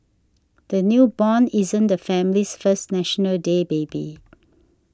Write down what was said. the newborn isn't the family's first National Day baby